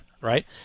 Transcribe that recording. right